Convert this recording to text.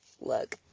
look